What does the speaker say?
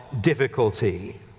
difficulty